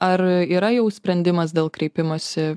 ar yra jau sprendimas dėl kreipimosi